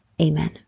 Amen